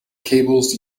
cables